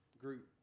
group